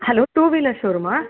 hello two wheeler ஷோரூமா